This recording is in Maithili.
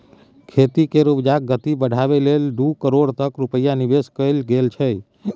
खेती केर उपजाक गति बढ़ाबै लेल दू करोड़ तक रूपैया निबेश कएल गेल छै